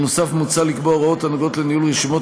נוסף על כך מוצע לקבוע הוראות בכל הקשור לניהול רשימות